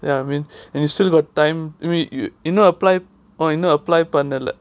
ya I mean and you still got time I mean you now apply இன்னும்:innum apply பண்ணல:pannala